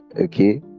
Okay